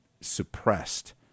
suppressed